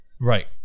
Right